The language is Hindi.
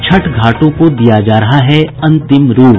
छठ घाटों को दिया जा रहा है अंतिम रूप